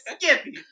skippy